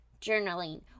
journaling